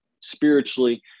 spiritually